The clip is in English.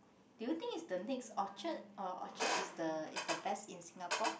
do you think it's the next Orchard or Orchard is the is the best in Singapore